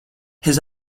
his